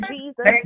Jesus